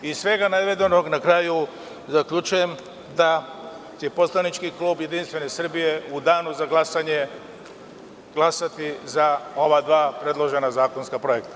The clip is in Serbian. Iz svega navedenog, zaključujem da će poslanički klub JS u danu za glasanje, glasati za ova dva predložena zakonska projekta.